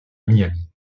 miami